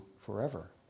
forever